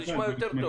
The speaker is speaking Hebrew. זה נשמע יותר טוב.